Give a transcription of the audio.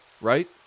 Right